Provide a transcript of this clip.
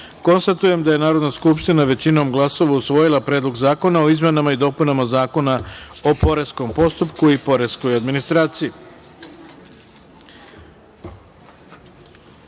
osam. Konstatujem da je Narodna skupština većinom glasova usvojila Predlog zakona o izmenama i dopunama Zakona o poreskom postupku i poreskoj administraciji. Stavljam